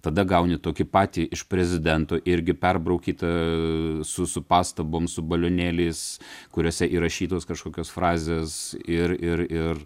tada gauni tokį patį iš prezidento irgi perbraukytą su su pastabom su balionėliais kuriuose įrašytos kažkokios frazės ir ir ir